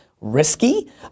Risky